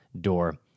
door